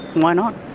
why not.